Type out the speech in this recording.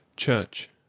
CHURCH